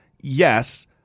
Yes